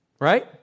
right